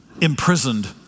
imprisoned